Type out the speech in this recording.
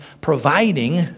providing